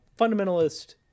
fundamentalist